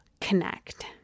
connect